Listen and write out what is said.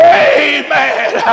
amen